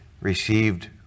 received